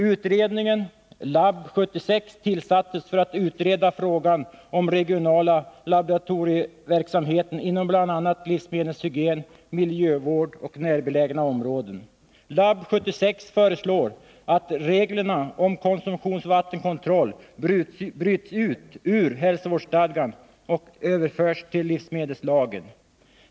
Utredningen LAB 76 tillsattes för att utreda frågan om den regionala laboratorieverksamheten inom bl.a. livsmedelshygien, miljövård och närbelägna områden. LAB 76 föreslår att reglerna om konsumtionsvattenskontrollen bryts ut ur hälsovårdsstadgan och överförs till livsmedelslagen.